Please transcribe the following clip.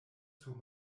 sur